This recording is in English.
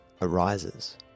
arises